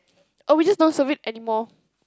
oh we just don't serve it anymore